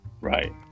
Right